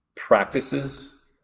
Practices